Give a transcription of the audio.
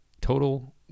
total